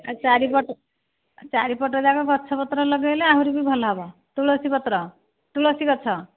ଆଉ ଚାରିପଟକୁ ଚାରିପଟ ଯାକ ଗଛପତ୍ର ଲଗେଇଲେ ଆହୁରି ଭି ଭଲ ହେବ ତୁଳସୀ ପତ୍ର ତୁଳସୀ ଗଛ